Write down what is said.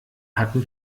hatten